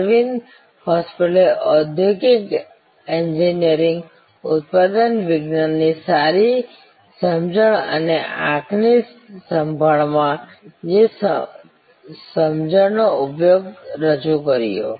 અરવિંદ હોસ્પિટલે ઔદ્યોગિક એન્જિનિયરિંગ ઉત્પાદન વિજ્ઞાનની સારી સમજણ અને આંખની સંભાળમાં તે સમજણનો ઉપયોગ રજૂ કર્યો